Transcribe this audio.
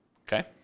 Okay